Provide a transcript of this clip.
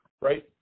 right